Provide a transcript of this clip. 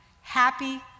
happy